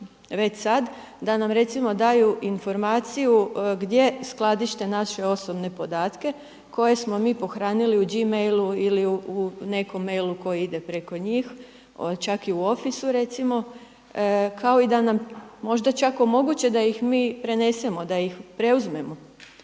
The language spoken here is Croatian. već sad da nam recimo daju informaciju gdje skladište naše osobne podatke koje smo mi pohranili u Gmailu ili u nekom mailu koji ide preko njih, čak i u officeu recimo kao i da nam možda čak omoguće da ih mi prenesemo, da ih preuzmemo.